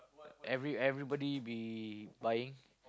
every everybody be buying